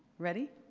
ready?